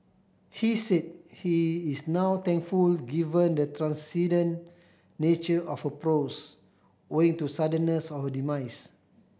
he said he is now thankful given the transcendent nature of her prose owing to suddenness of her demise